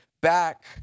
back